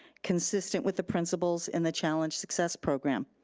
consistent with the principles in the challenge success program.